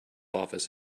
office